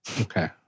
Okay